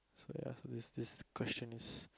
ya is this question is